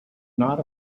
not